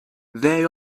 they